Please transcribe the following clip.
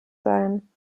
sein